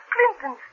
Clinton